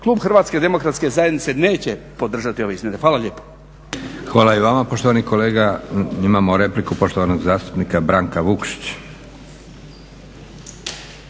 Klub Hrvatske demokratske zajednice neće podržati ove izmjene. Hvala lijepo. **Leko, Josip (SDP)** Hvala i vama poštovani kolega. Imamo repliku poštovanog zastupnika Branka Vukšića.